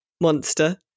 monster